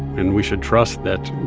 and we should trust that